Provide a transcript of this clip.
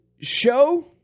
show